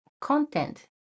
content